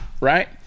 right